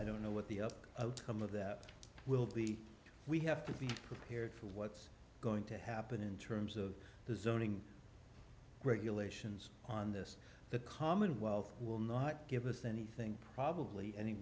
i don't know what the outcome of that will be we have to be prepared for what's going to happen in terms of the zoning regulations on this the commonwealth will not give us anything probably any